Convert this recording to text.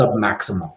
submaximal